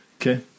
Okay